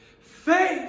Faith